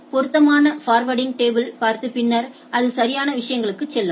பொருத்தமான ஃபர்வேர்டிங் டேபிள்களை பார்த்து பின்னர் அது சரியான விஷயங்களுக்குச் செல்லும்